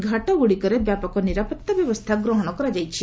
ଘାଟଗୁଡ଼ିକରେ ବ୍ୟାପକ ନିରାପତ୍ତା ବ୍ୟବସ୍ଥା ଗ୍ରହଣ କରାଯାଇଛି